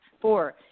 Four